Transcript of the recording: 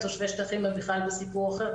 תושבי שטחים זה בכלל סיפור אחר,